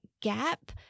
gap